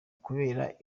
kubera